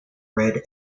red